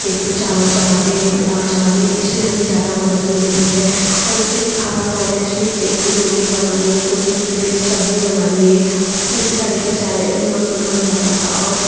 एक पर चावल चढ़ा दिए एक पर दाल चढ़ा दिए इससे हमें ज़्यादा मदद मिलती है और जैसे की खाना बनाते हैं फ़िर एक पर रोटी बना लिए तो दूसरे पर सब्ज़ी बना लिए इसी तरीके से मतलब बन जाता था और